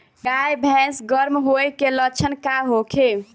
गाय भैंस गर्म होय के लक्षण का होखे?